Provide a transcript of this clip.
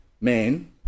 man